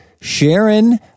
Sharon